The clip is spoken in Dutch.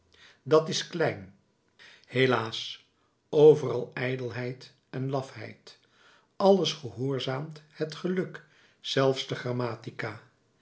tevreden dat is klein helaas overal ijdelheid en lafheid alles gehoorzaamt het geluk zelfs de grammatica